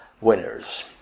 winners